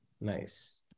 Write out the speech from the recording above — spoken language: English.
nice